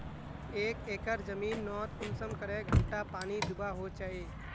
एक एकर जमीन नोत कुंसम करे घंटा पानी दुबा होचए?